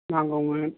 नांगौमोन